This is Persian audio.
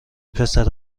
پسر